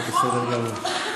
בסדר גמור.